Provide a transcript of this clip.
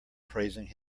praising